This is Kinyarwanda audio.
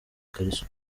ikariso